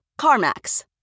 CarMax